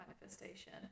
manifestation